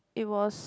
it was